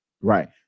Right